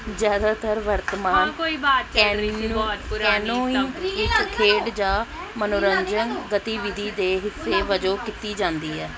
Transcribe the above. ਜ਼ਿਆਦਾਤਰ ਵਰਤਮਾਨ ਕੈਨੋਇੰਗ ਇੱਕ ਖੇਡ ਜਾਂ ਮਨੋਰੰਜਕ ਗਤੀਵਿਧੀ ਦੇ ਹਿੱਸੇ ਵਜੋਂ ਕੀਤੀ ਜਾਂਦੀ ਹੈ